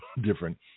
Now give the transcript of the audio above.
different